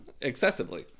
Excessively